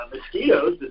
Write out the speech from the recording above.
mosquitoes